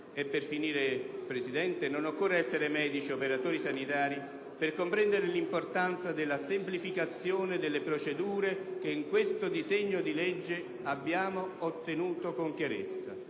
Signor Presidente, non occorre essere medici o operatori sanitari per comprendere l'importanza della semplificazione delle procedure, che in questo disegno di legge abbiamo ottenuto con chiarezza.